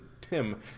tim